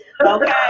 Okay